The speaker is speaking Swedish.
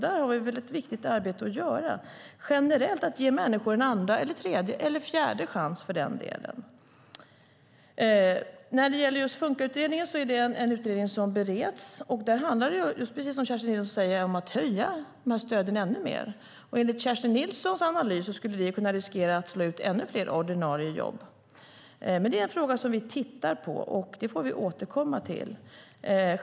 Där har vi ett viktigt arbete att göra med att ge människor en andra, tredje eller för den delen en fjärde chans. När det gäller FunkA-utredningen är det en utredning som bereds, och där handlar det, precis som Kerstin Nilsson säger, om att höja stöden ännu mer. Enligt Kerstin Nilssons analys skulle det kunna riskera att slå ut ännu fler ordinarie jobb. Det är en fråga som vi tittar på, och det får vi återkomma till.